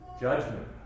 Judgment